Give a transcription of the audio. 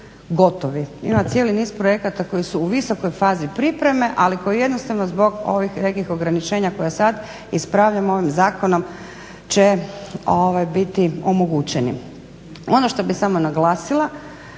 Ima cijeli niz projekata koji su u visokoj fazi pripreme, ali koji jednostavno zbog ovih nekih ograničenja koja sad ispravljamo ovim zakonom, će biti omogućeni. Ono što bi samo naglasila